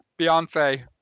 Beyonce